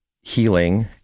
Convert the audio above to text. healing